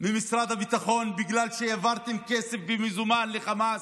ממשרד הביטחון בגלל שהעברתם כסף במזומן לחמאס.